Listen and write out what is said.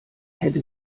hätte